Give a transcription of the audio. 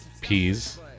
Peas